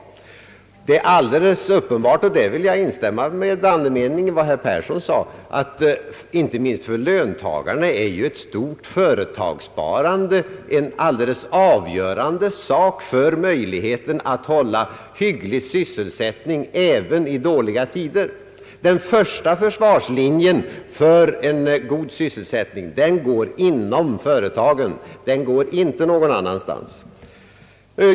Det är alldeles uppenbart — och där vill jag instämma med andemeningen i vad herr Persson sade — att inte minst för löntagarna är ett stort företagssparande helt avgörande för möjligheten att hålla hygglig sysselsättning även i dåliga tider. Den första försvarslinjen för en god sysselsättning går inom företagen och inte någon annanstans.